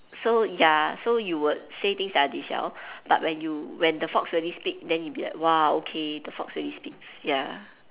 so ya so you would say things that are ji siao but when you when the fox really speak then you'll be like !wah! okay the fox really speaks ya